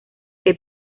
que